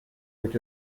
which